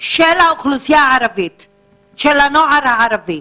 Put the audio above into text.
של הנוער הערבי.